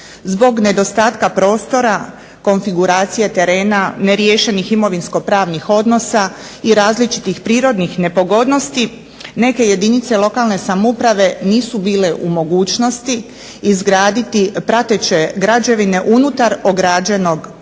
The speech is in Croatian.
Zbog nedostatka prostora, konfiguracije terena, neriješenih imovinsko-pravnih odnosa i različitih prirodnih nepogodnosti neke jedinice lokalne samouprave nisu bile u mogućnosti izgraditi prateće građevine unutar ograđenog prostora